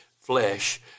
flesh